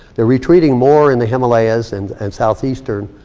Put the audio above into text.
they're retreating more in the himalaya's and and southeastern